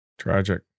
tragic